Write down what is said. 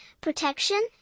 protection